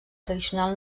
tradicional